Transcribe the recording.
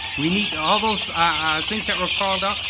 we need to, all those ah things that were called up,